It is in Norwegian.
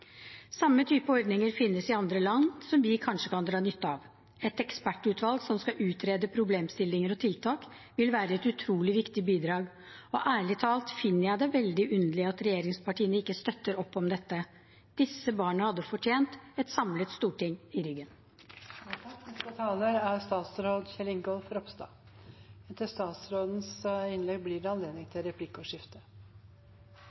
finnes i andre land. Et ekspertutvalg som skal utrede problemstillinger og tiltak, vil være et utrolig viktig bidrag. Og ærlig talt finner jeg det veldig underlig at regjeringspartiene ikke støtter opp om dette. Disse barna hadde fortjent et samlet storting i